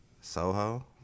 Soho